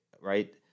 right